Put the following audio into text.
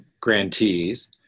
grantees